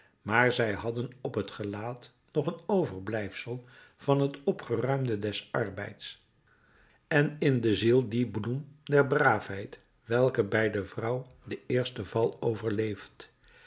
maar zij hadden op t gelaat nog een overblijfsel van het opgeruimde des arbeids en in de ziel die bloem der braafheid welke bij de vrouw den eersten val overleeft